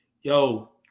Yo